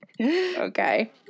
Okay